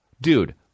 Dude